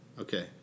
Okay